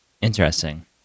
Interesting